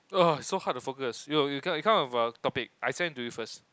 !uh! it's so hard to focus you you come up come up with a topic I send to you first